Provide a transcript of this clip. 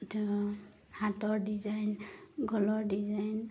হাতৰ হাতৰ ডিজাইন গলৰ ডিজাইন